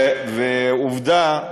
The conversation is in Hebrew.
עובדה,